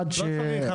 לא צריך.